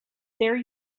there